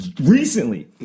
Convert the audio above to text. recently